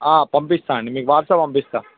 పంపిస్తాను అండి మీకు వాట్సాప్ పంపిస్తాను